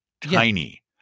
tiny